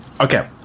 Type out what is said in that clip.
Okay